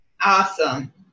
Awesome